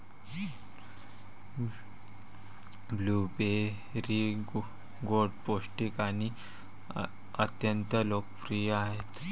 blueberry गोड, पौष्टिक आणि अत्यंत लोकप्रिय आहेत